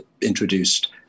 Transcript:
introduced